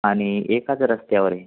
आणि एकाच रस्त्यावर आहे